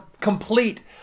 complete